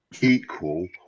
equal